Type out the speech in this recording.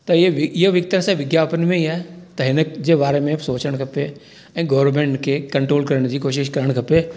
त इहो बि इहो बि हिकु तरह सां विज्ञापन में ई आहे त हिनजे बारे में बि सोचणु खपे ऐं गौरमेंट खे कंट्रोल करण जी कोशिश करणु खपे